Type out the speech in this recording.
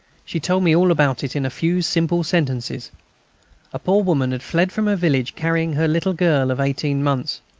she told me all about it in a few simple sentences a poor woman had fled from her village, carrying her little girl of eighteen months.